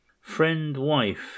friend-wife